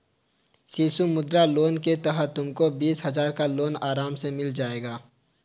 शिशु मुद्रा लोन के तहत तुमको बीस हजार का लोन आराम से मिल जाएगा